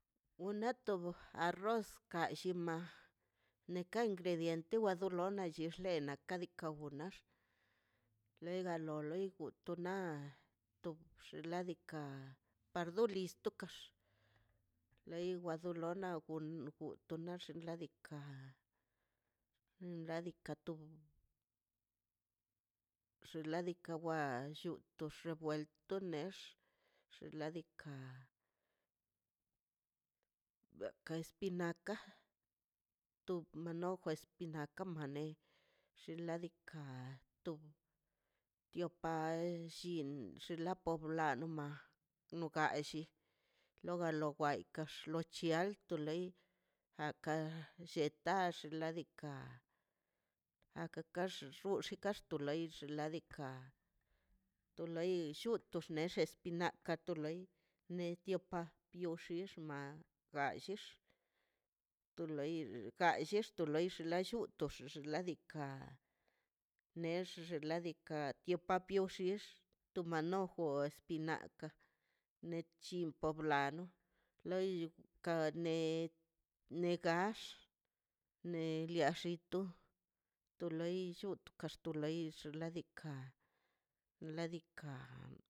Una tob arroz ka llima nekan ingrediente wa dolo xnena kawa lox nax luego la kulto na tob xnaꞌ diikaꞌ par do lis tokax lei wa do lona ungutu nax xnaꞌ diikaꞌ ladika tob xnaꞌ diikaꞌ waxu to xevuelto tox nex xladika baka espinaka tub manojo espinaka manei xnaꞌ diikaꞌ tob tupai llin xlapo wlano ma no galli loga lo way ka xlochi alto lai aka lletaꞌ xladikaꞌ agaka xuxu kash tu lai xnaꞌ diikaꞌ do lai xnelle espinaka to lei netio pa yo xix ma gallix to loi gaxex to loi jaxuxto ladika nexex ladika kio pa kio xix to manojo espinaka ne chile poblano loi ka ne negax nega liaxito to loi xu kaxto leix xladika ladika.